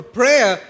prayer